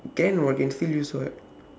can [what] can still use [what]